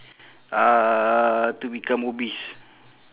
uh to become obese